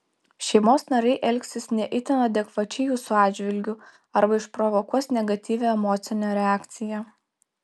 šeimos nariai elgsis ne itin adekvačiai jūsų atžvilgiu arba išprovokuos negatyvią emocinę reakciją